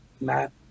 Matt